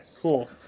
cool